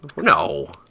No